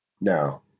Now